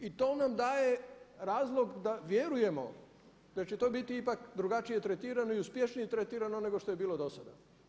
I to nam daje razloga da vjerujemo da će to biti ipak drugačije tretirano i uspješnije tretirano nego što je bilo do sada.